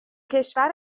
کشور